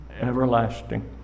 everlasting